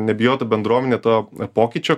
nebijotų bendruomenė to pokyčio